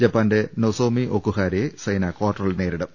ജപ്പാന്റെ നോസോമി ഒകുഹാരെയെ സൈന കാർട്ടറിൽ നേരിടും